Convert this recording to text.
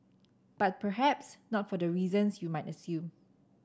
but perhaps not for the reasons you might assume